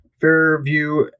Fairview